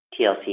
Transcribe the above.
TLC